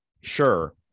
Sure